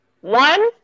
One